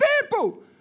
people